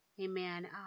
amen